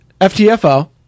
FTFO